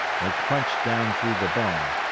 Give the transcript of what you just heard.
and he crunched down through the bone.